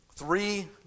Three